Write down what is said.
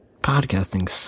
Podcasting